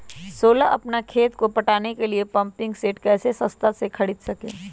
सोलह अपना खेत को पटाने के लिए पम्पिंग सेट कैसे सस्ता मे खरीद सके?